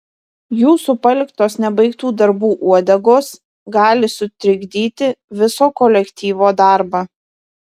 jūsų paliktos nebaigtų darbų uodegos gali sutrikdyti viso kolektyvo darbą